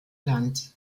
glanz